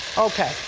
okay,